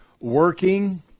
working